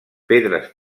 pedres